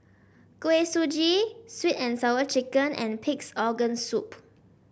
Kuih Suji Sweet and Sour Chicken and Pig's Organ Soup